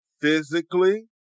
physically